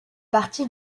partie